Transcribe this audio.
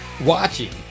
Watching